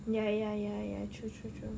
ya ya ya ya true true true